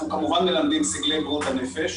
אנחנו כמובן מלמדים סגלי בריאות הנפש.